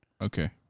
Okay